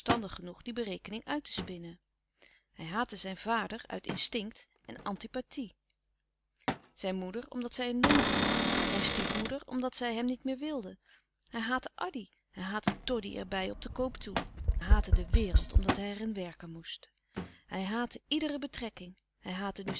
die berekening uit te spinnen hij haatte zijn vader uit instinct en antipathie zijn moeder omdat zij een nonna was zijn stiefmoeder omdat zij hem niet meer wilde hij haatte addy hij haatte doddy erbij op den koop toe hij haatte de wereld omdat hij er in werken moest hij haatte iedere betrekking hij haatte nu